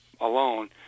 alone